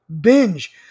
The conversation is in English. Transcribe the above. binge